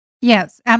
Yes